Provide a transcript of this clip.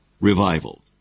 revival